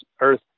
earth